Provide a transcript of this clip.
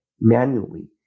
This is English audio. manually